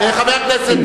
חבר הכנסת,